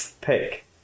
pick